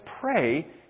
pray